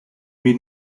mean